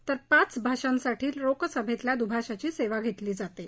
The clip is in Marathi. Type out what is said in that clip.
तर पाच भाषांसाठी लोकसभेतल्या दुभाषाची सेवा घेतली जाते